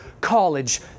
college